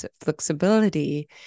flexibility